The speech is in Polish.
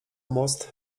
most